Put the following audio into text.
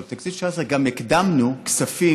אבל בתקציב 2019 גם הקדמנו כספים,